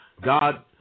God